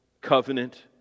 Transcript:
covenant